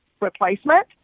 replacement